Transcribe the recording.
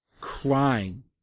crying